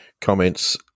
comments